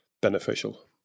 beneficial